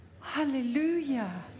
Hallelujah